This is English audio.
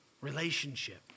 Relationship